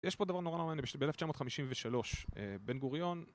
יש פה דבר נורא מעניין, ב-1953 בן גוריון